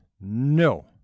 no